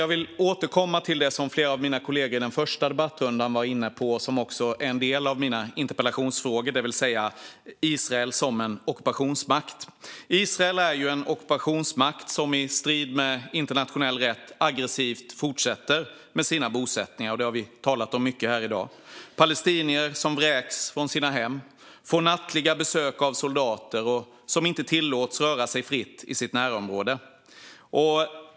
Jag vill återkomma till det som flera av mina kollegor tog upp i den första debattrundan, och som berörs i en del av mina interpellationsfrågor, det vill säga Israel som ockupationsmakt. Israel är en ockupationsmakt som i strid med internationell rätt aggressivt fortsätter med sina bosättningar. Det har vi talat mycket om i dag. Palestinier vräks från sina hem, får nattliga besök av soldater och tillåts inte röra sig fritt i sitt närområde.